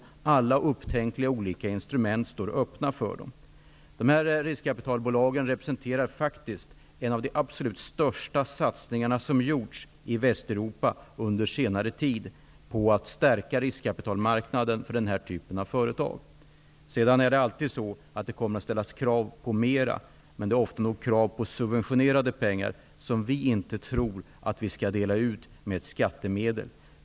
Det står öppet att använda alla upptänkliga olika instrument. Dessa riskkapitalbolag representerar de absolut största satsningarna som gjorts i Västeuropa under senare tid på att stärka riskkapitalmarknaden för denna typ av företag. Det kommer alltid att ställas krav på mer medel. Men det är ofta nog krav på subventioner, pengar som vi inte tror skall delas ut med skattemedel.